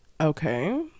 Okay